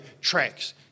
tracks